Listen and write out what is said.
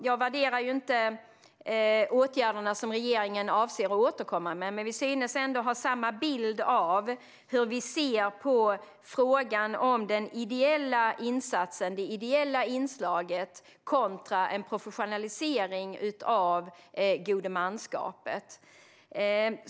Jag värderar inte åtgärderna som regeringen avser att återkomma med, men vi synes ändå ha samma bild av hur vi ser på frågan om den ideella insatsen, det ideella inslaget, kontra en professionalisering av godmanskapet.